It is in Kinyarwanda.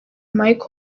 mike